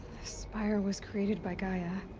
spire was created by gaia.